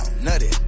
nutty